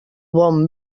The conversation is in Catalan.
bon